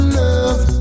love